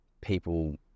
people